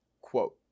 quote